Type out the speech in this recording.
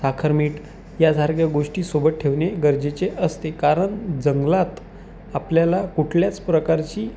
साखर मीठ यासारख्या गोष्टी सोबत ठेवणे गरजेचे असते कारण जंगलात आपल्याला कुठल्याच प्रकारची